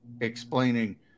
explaining